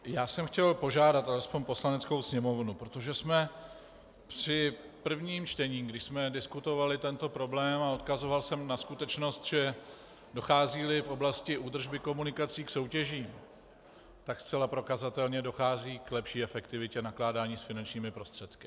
Já jsem chtěl požádat alespoň Poslaneckou sněmovnu, protože jsme při prvním čtení, když jsme diskutovali tento problém a odkazoval jsem na skutečnost, že docházíli v oblasti údržby komunikací k soutěžím, tak zcela prokazatelně dochází k lepší efektivitě nakládání s finančními prostředky.